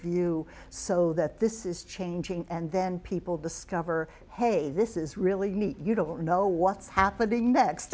view so that this is changing and then people discover hey this is really neat you don't know what's happening next